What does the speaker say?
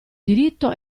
diritto